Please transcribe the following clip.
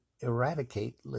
eradicate